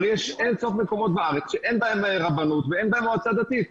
הרי יש אינסוף מקומות בארץ שאין בהם רבנות ואין בהם מועצה דתית.